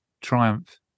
triumph